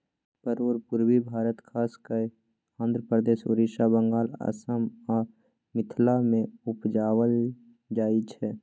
परोर पुर्वी भारत खास कय आंध्रप्रदेश, उड़ीसा, बंगाल, असम आ मिथिला मे उपजाएल जाइ छै